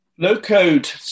Low-code